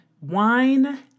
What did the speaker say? Wine